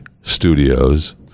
studios